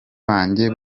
banjye